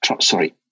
Sorry